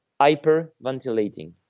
hyperventilating